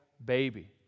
baby